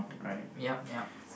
yup yup